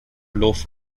loaf